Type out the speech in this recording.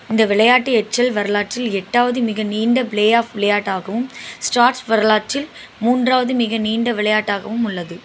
இந்த விளையாட்டு ஹெச்எல் வரலாற்றில் எட்டாவது மிக நீண்ட ப்ளேஆஃப் விளையாட்டாகும் ஸ்டார்ஸ் வரலாற்றில் மூன்றாவது மிக நீண்ட விளையாட்டாகவும் உள்ளது